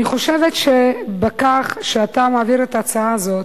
אני חושבת שבכך שאתה מעביר את ההצעה הזאת,